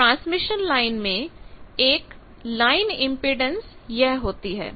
तो transmission line में एक लाइन इंपेडेंस यह होती है